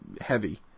heavy